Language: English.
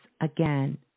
again